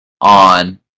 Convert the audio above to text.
on